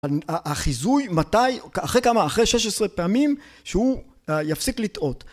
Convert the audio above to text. החיזוי מתי אחרי כמה אחרי שש עשרה פעמים שהוא יפסיק לטעות